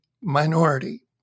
minority